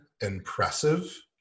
impressive